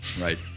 Right